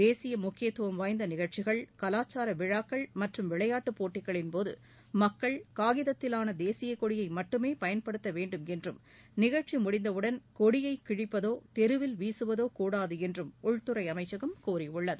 தேசிய முக்கியத்துவம் வாய்ந்த நிகழ்ச்சிகள் கவாச்சார விழாக்கள் மற்றும் விளையாட்டுப் போட்டிகளின்போது மக்கள் காகிதத்தினாலான தேசியக்கொடியை மட்டுமே பயன்படுத்தவேண்டும் என்றும் நிகழ்ச்சி முடிந்தவுடன் கொடியை கிழிப்பதோ தெருவில் வீசுவதோ கூடாது என்றும் உள்துறை அமைச்சகம் கூறியுள்ளது